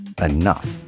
enough